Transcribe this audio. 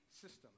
system